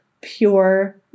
pure